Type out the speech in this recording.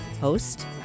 Host